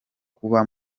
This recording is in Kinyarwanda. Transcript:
kuba